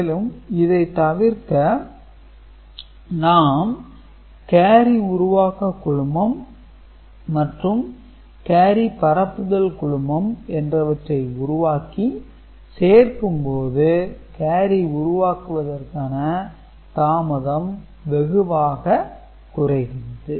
மேலும் இதை தவிர்க்க நாம் கேரி உருவாக்க குழுமம் மற்றும் கேரி பரப்புதல் குழுமம் என்றவற்றை உருவாக்கி சேர்க்கும்போது கேரி உருவாக்குவதற்கான தாமதம் வெகுவாக குறைகிறது